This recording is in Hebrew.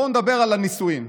בואו נדבר על הנישואין.